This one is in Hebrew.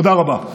תודה רבה.